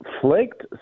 flaked